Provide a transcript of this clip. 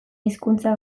hizkuntza